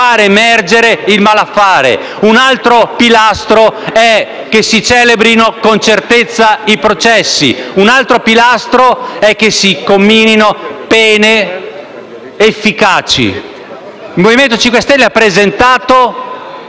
emergere il malaffare. Un altro pilastro è che si celebrino con certezza i processi. Un altro pilastro ancora è che si comminino pene efficaci. Il Movimento 5 Stelle ha presentato